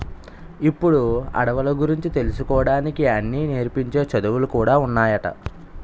ఇప్పుడు అడవుల గురించి తెలుసుకోడానికి అన్నీ నేర్పించే చదువులు కూడా ఉన్నాయట